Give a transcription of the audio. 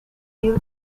fugue